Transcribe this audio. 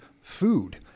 food